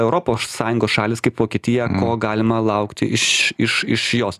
europos sąjungos šalys kaip vokietija ko galima laukti iš iš iš jos